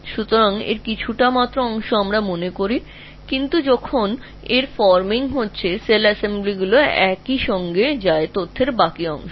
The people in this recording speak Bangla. সুতরাং এখানে আংশিকভাবে মনে করলেও হতে পারে তবে এটি তৈরি হওয়ার সময় সেল অ্যাসেমব্লিগুলি একসাথে যাবে এবং তথ্যের বাকিটা যায় না